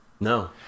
No